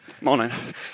Morning